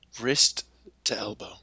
wrist-to-elbow